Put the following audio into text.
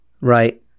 Right